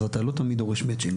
אז אתה לא תמיד מבקש מצ'ינג.